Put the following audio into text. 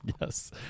Yes